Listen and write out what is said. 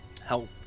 help